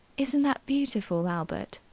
isn't that beautiful, albert?